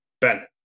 Ben